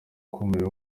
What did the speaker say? ukomeye